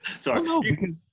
Sorry